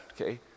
okay